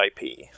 IP